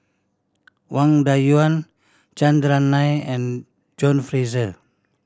Wang Dayuan Chandran Nair and John Fraser